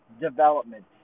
development